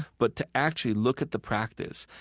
but to actually look at the practice,